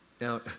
Now